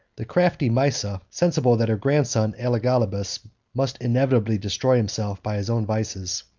the crafty maesa, sensible that her grandson elagabalus must inevitably destroy himself by his own vices,